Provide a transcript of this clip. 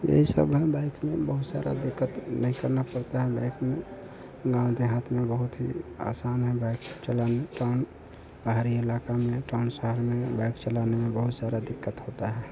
यही सब हैं बाइक में बहुत सारा दिक्कत नहीं करना पड़ता है बाइक में गाँव देहात में बहुत ही आसान है बाइक चलाना टॉन पहाड़ी इलाका में टॉन शहर में बाइक चलाने में बहुत सारा दिक्कत होता है